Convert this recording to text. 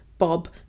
bob